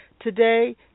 Today